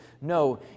No